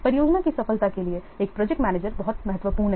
परियोजना की सफलता के लिए एक प्रोजेक्ट मैनेजर बहुत महत्वपूर्ण है